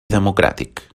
democràtic